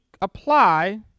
apply